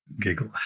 giggle